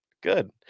Good